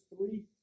three